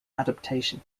adaptation